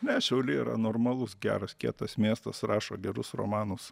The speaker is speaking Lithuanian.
ne šiauliai yra normalus geras kietas miestas rašo gerus romanus